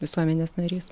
visuomenės narys